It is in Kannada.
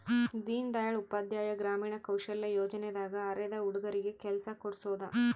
ದೀನ್ ದಯಾಳ್ ಉಪಾಧ್ಯಾಯ ಗ್ರಾಮೀಣ ಕೌಶಲ್ಯ ಯೋಜನೆ ದಾಗ ಅರೆದ ಹುಡಗರಿಗೆ ಕೆಲ್ಸ ಕೋಡ್ಸೋದ